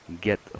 get